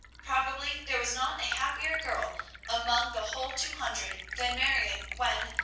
probably there was not a happier girl among the whole two hundred than marion when,